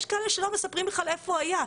יש כאלה שלא מספרים בכלל איפה היה.